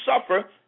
suffer